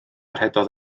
rhedodd